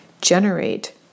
generate